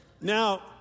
Now